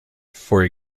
for